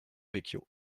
vecchio